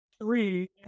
three